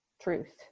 truth